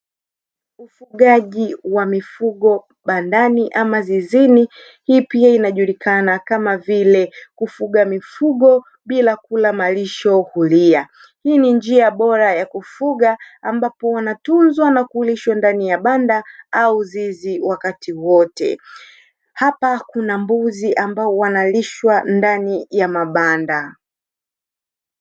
Ufugaji wa mifugo bandani ama zizini, hii pia inajulikana kama vile kufuga mifugo bila kula malisho huria. Hii ni njia bora ya kufuga ambapo wanatuzwa na kulishwa ndani ya banda au zizi wakati wote. Hapa kuna mbuzi ambao wanalishwa ndani ya mabanda.